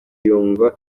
yumva